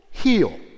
heal